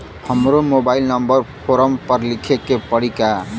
हमरो mobile number forum पर लिखे के पड़ी का?